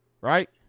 Right